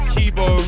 Kibo